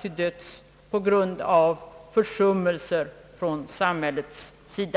till döds — på grund av försummelser från samhällets sida.